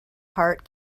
heart